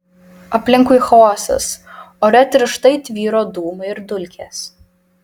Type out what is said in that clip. aplinkui chaosas ore tirštai tvyro dūmai ir dulkės